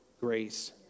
grace